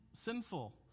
sinful